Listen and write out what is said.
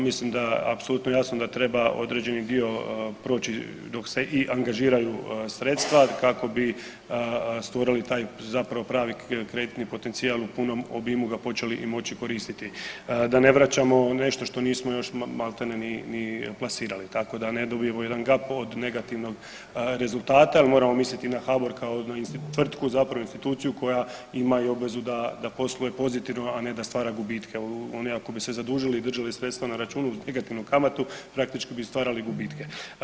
Mislim da apsolutno jasno da treba određeni dio proći dok se i angažiraju sredstva kako bi stvorili taj zapravo pravi kreditni potencijal u punom obimu ga počeli i moći koristiti da ne vraćamo nešto što nismo još maltene ni plasirali, tako da ne dobijemo jedan ... negativnog rezultata jer moramo misliti na HBOR kao na tvrtku, zapravo instituciju koja ima i obvezu da posluje pozitivno, a ne da stvara gubitke u, oni ako bi se zadužili i držali sredstva na računu uz negativnu kamatu, praktički bi stvarali gubitke.